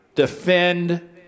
defend